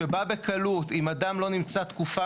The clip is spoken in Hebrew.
זה אומר שאם אנו חוזרים למצב הקודם,